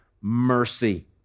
mercy